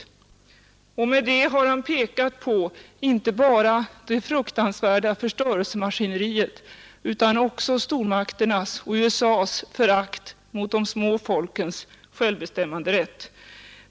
” Med de orden har Stig Carlson pekat på inte bara det fruktansvärda förstörelsemaskineriet utan också på stormakternas, och USA:s, förakt för de små folkens självbestämmanderätt.